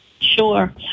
Sure